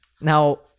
Now